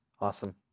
awesome